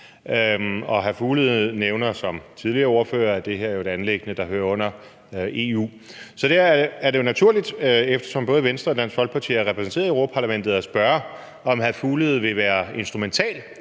Mads Fuglede nævner som tidligere ordførere, at det her jo er et anliggende, der hører under EU. Så derfor er det naturligt, eftersom både Venstre og Dansk Folkeparti er repræsenteret i Europa-Parlamentet, at spørge, om hr. Mads Fuglede vil være instrumentel